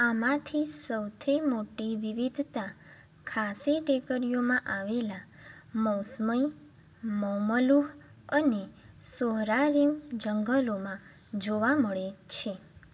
આમાંથી સૌથી મોટી વિવિધતા ખાસી ટેકરીઓમાં આવેલા મૌસમઈ મૌમલુહ અને સોહરારીમ જંગલોમાં જોવા મળે છે